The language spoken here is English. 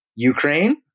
Ukraine